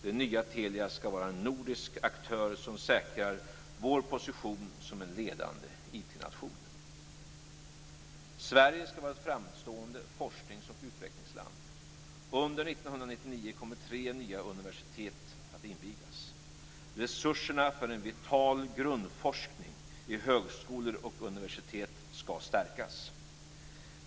Det nya Telia skall vara en nordisk aktör som säkrar vår position som en ledande IT-nation. Sverige skall vara ett framstående forsknings och utvecklingsland. Under 1999 kommer tre nya universitet att invigas. Resurserna för en vital grundforskning vid högskolor och universitet skall stärkas.